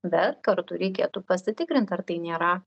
bet kartu reikėtų pasitikrinti ar tai nėra